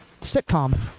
sitcom